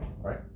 right